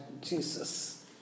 Jesus